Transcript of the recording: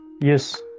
Yes